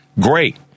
Great